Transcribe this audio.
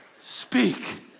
Speak